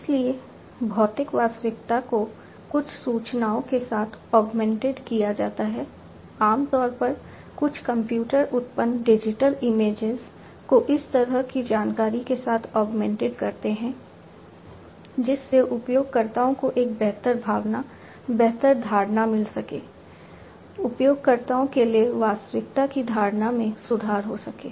इसलिए भौतिक वास्तविकता को कुछ सूचनाओं के साथ ऑगमेंटेड किया जाता है आम तौर पर कुछ कंप्यूटर उत्पन्न डिजिटल इमेजेज को उस तरह की जानकारी के साथ ऑगमेंटेड करते हैं जिससे उपयोगकर्ताओं को एक बेहतर भावना बेहतर धारणा मिल सके उपयोगकर्ताओं के लिए वास्तविकता की धारणा में सुधार हो सके